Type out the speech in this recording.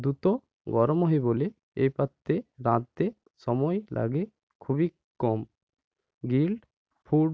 দ্রুত গরম হয় বলে এই পাত্রে রাঁধতে সময় লাগে খুবই কম গ্রিল্ড ফুড